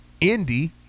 Indy